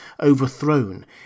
overthrown